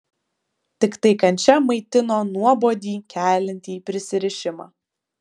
tiktai kančia maitino nuobodį keliantį prisirišimą